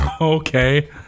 Okay